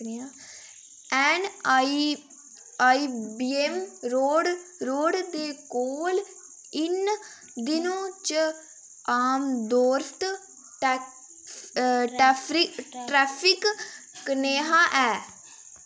NIIBM road road दे कोल इ'नें दिनें च आमदोरफ्त ट्रैफिक कनेहा ऐ